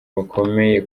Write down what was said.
bakomeye